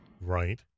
Right